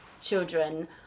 children